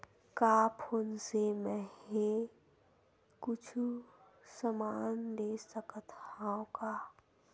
का फोन से मै हे कुछु समान ले सकत हाव का?